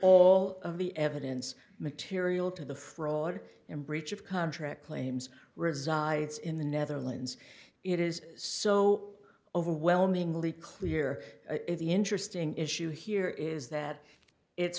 of the evidence material to the fraud and breach of contract claims resides in the netherlands it is so overwhelmingly clear the interesting issue here is that it's